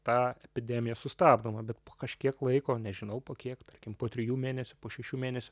ta epidemija sustabdoma bet po kažkiek laiko nežinau po kiek tarkim po trijų mėnesių po šešių mėnesių